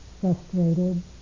frustrated